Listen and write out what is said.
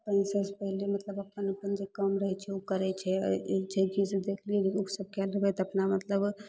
अपन सबसँ पहिले अपन अपन जे काम रहै छै ओ करै छै छै की जे देखिबी लोकसबके अपना मतलब